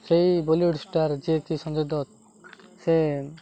ସେଇ ବଲିଉଡ଼ ଷ୍ଟାର ଯିଏକି ସଞ୍ଜୟ ଦତ୍ତ ସେ